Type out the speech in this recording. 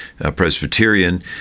Presbyterian